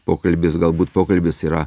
pokalbis galbūt pokalbis yra